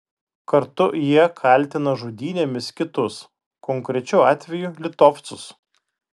kartu jie kaltina žudynėmis kitus konkrečiu atveju litovcus